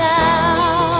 now